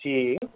جی